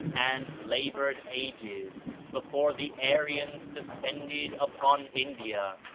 and labored ages before the aryans descended upon india,